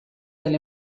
del